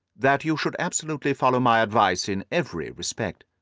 that you should absolutely follow my advice in every respect.